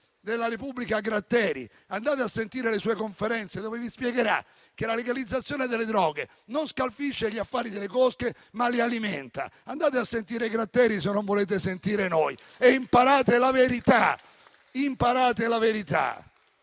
della Repubblica Gratteri, andate a sentire le sue conferenze, dove vi spiegherà che la legalizzazione delle droghe non scalfisce gli affari delle cosche, ma li alimenta. Andate a sentire Gratteri se non volete sentire noi e imparate la verità. Il provvedimento